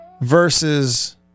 versus